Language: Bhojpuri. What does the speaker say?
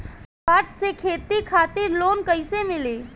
नाबार्ड से खेती खातिर लोन कइसे मिली?